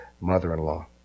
mother-in-law